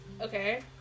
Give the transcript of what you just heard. Okay